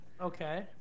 Okay